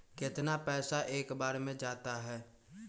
कितना पैसा एक बार में जाता है?